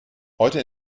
heute